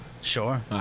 Sure